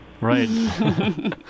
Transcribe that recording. Right